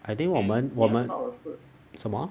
I think 我们我们什么